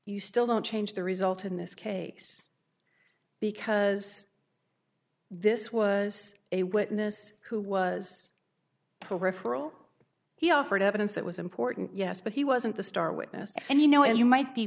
you still don't change the result in this case because this was a witness who was peripheral he offered evidence that was important yes but he wasn't the star witness and you know and you might be